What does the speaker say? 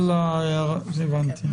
הבנתי.